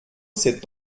s’est